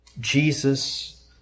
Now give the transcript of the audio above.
Jesus